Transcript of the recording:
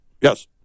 yes